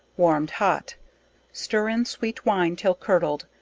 warmed hot stir in sweet wine, till curdled,